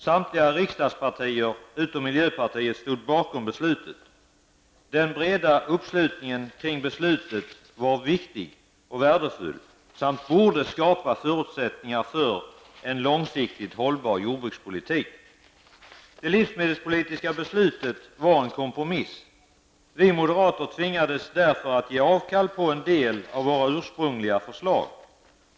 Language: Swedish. Samtliga riksdagspartier, utom miljöpartiet, stod bakom beslutet. Den breda uppslutningen kring beslutet var viktig och värdefull och borde skapa förutsättningar för en långsiktigt hållbar jordbrukspolitik. Det livsmedelspolitiska beslutet var en kompromiss. Vi moderater tvingades därför att avstå från en del av våra ursprungliga förslag.